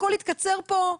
הכול יתקצר פה,